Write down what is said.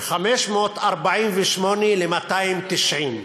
מ-548 ל-290.